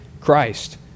Christ